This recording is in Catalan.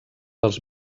dels